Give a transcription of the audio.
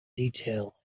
detail